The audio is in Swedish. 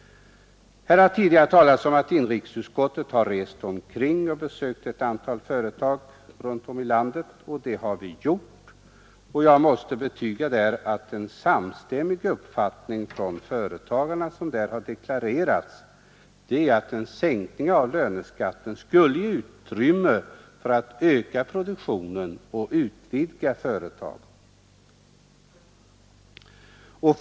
Här har tidigare talats om att inrikesutskottet har rest omkring och besökt ett antal företag i landet. Det har vi gjort, och jag måste betyga att en samstämmig uppfattning från företagarna är att en sänkning av löneskatten skulle ge utrymme för att öka produktionen och utvidga företagen.